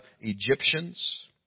Egyptians